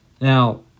Now